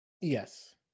yes